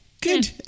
Good